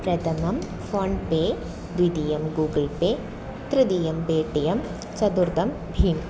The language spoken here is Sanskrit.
प्रथमं फ़ोन्पे द्वितीयं गूगल् पे तृतीयं पेटियं चतुर्थं भीम्